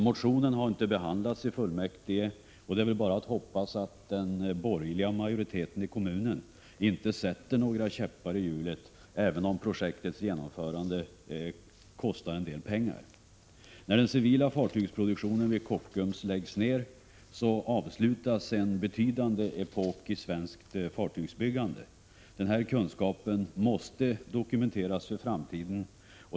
Motionen har ännu inte behandlats i fullmäktige och det är väl bara att hoppas att den borgerliga majoriteten i kommunen inte sätter några käppar i hjulet, även om projektets genomförande kostar en del pengar. När den civila fartygsproduktionen vid Kockums läggs ned, avslutas en betydande epok i svenskt fartygsbyggande. Denna kunskap måste dokumenteras för framtiden.